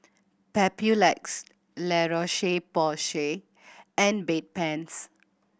Papulex La Roche Porsay and Bedpans